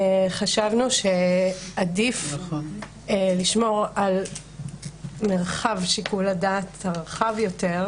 חשבנו שעדיף לשמור על מרחב שיקול הדעת הרחב יותר,